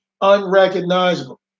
unrecognizable